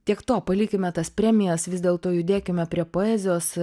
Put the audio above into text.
tiek to palikime tas premijas vis dėlto judėkime prie poezijos